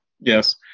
Yes